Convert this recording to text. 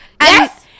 Yes